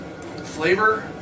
Flavor